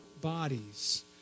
bodies